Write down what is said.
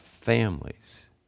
families